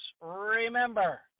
remember